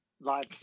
Live